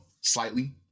slightly